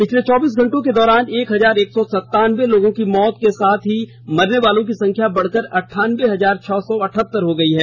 पिछले चौबीस घंटों के दौरान एक हजार एक सौ संतानबे लोगों की मौत के साथ ही मरने वालों की संख्या बढकर अंठानबे हजार छह सौ अठहत्तर हो गई है